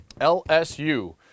LSU